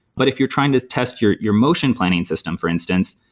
but if you're trying to test your your motion planning system, for instance,